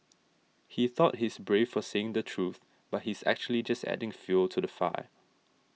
he thought he's brave for saying the truth but he's actually just adding fuel to the fire